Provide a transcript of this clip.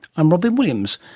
i'm robyn williams